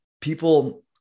people